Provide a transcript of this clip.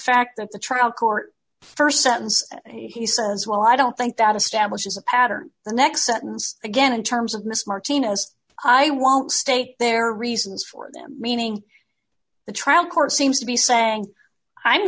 fact that the trial court st sentence and he says well i don't think that establishes a pattern the next sentence again in terms of miss martinez i won't state their reasons for them meaning the trial court seems to be saying i'm